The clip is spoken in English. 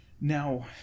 Now